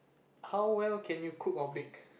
how well can you cook or bake